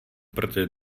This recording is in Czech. protože